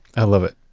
i love it.